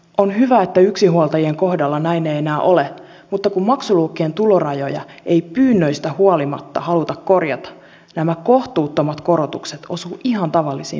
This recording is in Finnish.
on hyvä että yksinhuoltajien kohdalla näin ei enää ole mutta kun maksuluokkien tulorajoja ei pyynnöistä huolimatta haluta korjata nämä kohtuuttomat korotukset osuvat ihan tavallisiin perheisiin